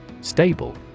Stable